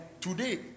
today